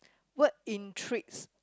what intrigues